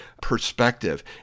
perspective